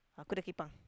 uh kuda kepang